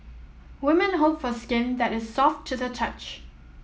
woman hope for skin that is soft to the touch